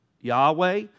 Yahweh